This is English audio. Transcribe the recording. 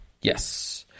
Yes